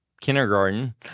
kindergarten